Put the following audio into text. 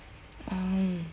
mm